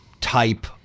type